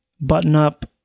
button-up